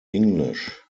english